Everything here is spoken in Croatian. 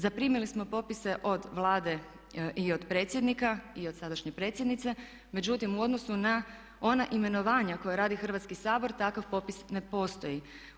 Zaprimili smo popise od Vlade i od predsjednika i od sadašnje predsjednice, međutim u odnosu na ona imenovanja koja radi Hrvatski sabor takav popis ne postoji.